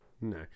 no